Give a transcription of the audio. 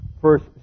first